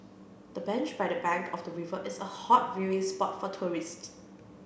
the bench by the bank of the river is a hot viewing spot for tourists